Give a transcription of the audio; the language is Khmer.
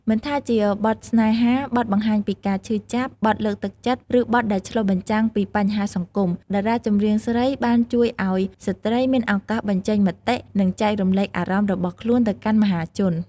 មិនថាជាបទស្នេហា បទបង្ហាញពីការឈឺចាប់ បទលើកទឹកចិត្ត ឬបទដែលឆ្លុះបញ្ចាំងពីបញ្ហាសង្គម តារាចម្រៀងស្រីបានជួយឱ្យស្ត្រីមានឱកាសបញ្ចេញមតិ និងចែករំលែកអារម្មណ៍របស់ខ្លួនទៅកាន់មហាជន។